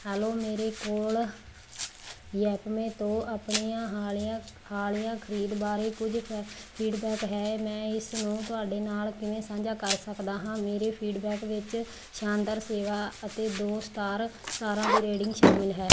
hello ਮੇਰੇ ਕੋਲ Yepme ਤੋਂ ਆਪਣੀ ਹਾਲੀਆ ਹਾਲੀਆ ਖਰੀਦ ਬਾਰੇ ਕੁਝ ਫ ਫੀਡਬੈਕ ਹੈ ਮੈਂ ਇਸ ਨੂੰ ਤੁਹਾਡੇ ਨਾਲ ਕਿਵੇਂ ਸਾਂਝਾ ਕਰ ਸਕਦਾ ਹਾਂ ਮੇਰੇ ਫੀਡਬੈਕ ਵਿੱਚ ਸ਼ਾਨਦਾਰ ਸੇਵਾ ਅਤੇ ਦੋੋ ਸਟਾਰ ਸਟਾਰਾਂ ਦੀ ਰੇਟਿੰਗ ਸ਼ਾਮਲ ਹੈ